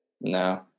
No